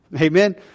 Amen